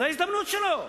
זו ההזדמנות שלו.